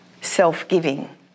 Self-giving